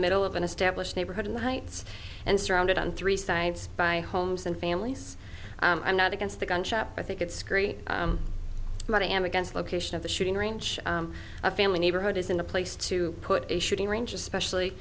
middle of an established neighborhood in the heights and surrounded on three sides by homes and families i'm not against the gun shop i think it's scary but i am against location of the shooting range a family neighborhood isn't a place to put a shooting range especially